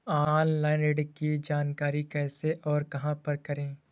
Online ऋण की जानकारी कैसे और कहां पर करें?